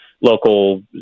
local